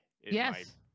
Yes